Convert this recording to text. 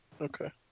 Okay